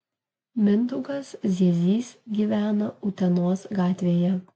mindaugas ziezys gyvena utenos gatvėje